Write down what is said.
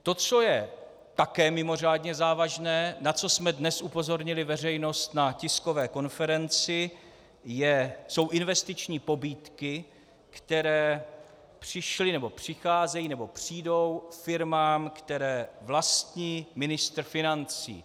To, co je dnes také mimořádně závažné, na co jsme dnes upozornili veřejnost na tiskové konferenci, jsou investiční pobídky, které přišly nebo přicházejí nebo přijdou firmám, které vlastní ministr financí.